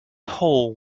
hole